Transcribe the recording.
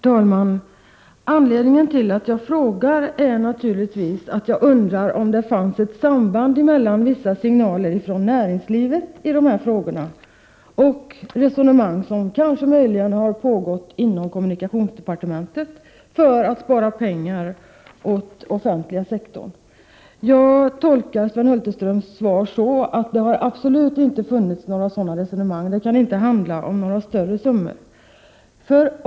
Herr talman! Anledningen till min fråga är naturligtvis att jag undrar om det finns ett samband mellan vissa signaler från näringslivet i dessa frågor och resonemang som kanske har pågått inom kommunikationsdepartementet för att spara pengar åt den offentliga sektorn. Jag tolkar Sven Hulterströms svar så att det absolut inte har funnits några sådana resonemang och att det inte kan handla om några större summor.